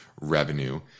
Revenue